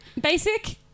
Basic